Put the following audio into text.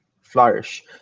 flourish